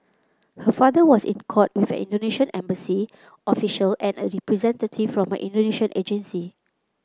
her father was in court with an Indonesian embassy official and a representative from her Indonesian agency